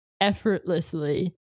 effortlessly